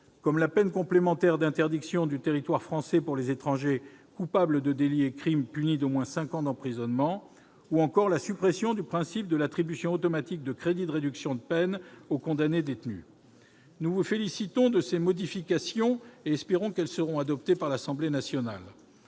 comme la peine complémentaire d'interdiction du territoire français pour les étrangers coupables de délits et crimes punis d'au moins cinq ans d'emprisonnement, ou encore la suppression du principe de l'attribution automatique de crédits de réduction de peines aux condamnés détenus. Nous nous félicitons de ces modifications et espérons qu'elles seront adoptées par l'Assemblée nationale.